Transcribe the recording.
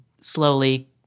slowly